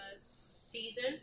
season